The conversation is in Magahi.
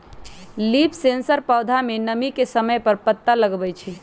लीफ सेंसर पौधा में नमी के समय पर पता लगवई छई